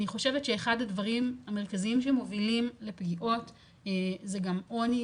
אני חושבת שאחד הדברים המרכזיים שמובילים לפגיעות זה גם עוני